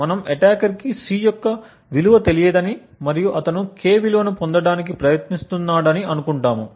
మనము అటాకర్ కి C యొక్క విలువ తెలియదని మరియు అతను K విలువను పొందటానికి ప్రయత్నిస్తున్నాడని అనుకుంటాము